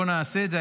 בוא נעשה את זה.